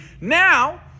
Now